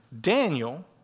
Daniel